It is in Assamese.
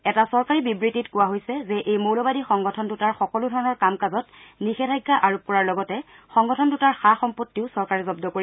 এটা চৰকাৰী বিবৃতিত কোৱা হৈছে যে এই মৌলবাদী সংগঠন দুটাৰ সকলো ধৰণৰ কাম কাজত নিষেধাজ্ঞা আৰোপ কৰাৰ লগতে সংগঠন দুটাৰ সা সম্পত্তিও চৰকাৰে জব্দ কৰিব